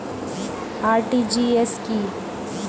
RTGS কি?